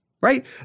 Right